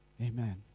Amen